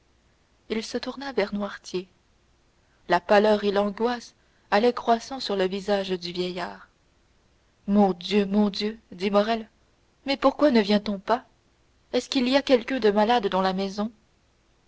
il se retourna vers noirtier la pâleur et l'angoisse allaient croissant sur le visage du vieillard mon dieu mon dieu dit morrel mais pourquoi ne vient-on pas est-ce qu'il y a quelqu'un de malade dans la maison